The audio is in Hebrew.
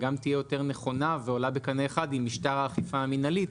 וגם תהיה יותר נכונה ועולה בקנה אחד עם משטר האכיפה המינהלית,